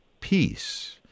peace